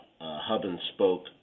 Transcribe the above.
hub-and-spoke